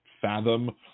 fathom